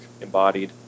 Embodied